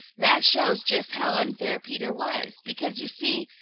that shows just how unfair peter was, because, you see,